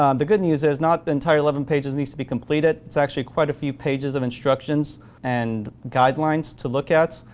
um the good news is, not the entire eleven pages need to be completed, it's actually quite a few pages of instructions and guidelines to look at.